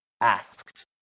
asked